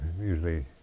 usually